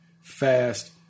fast